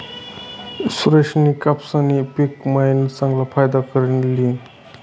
सुरेशनी कपाशीना पिक मायीन चांगला फायदा करी ल्हिना